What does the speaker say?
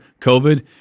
COVID